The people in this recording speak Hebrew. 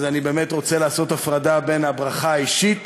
אז אני באמת רוצה לעשות הפרדה בין הברכה האישית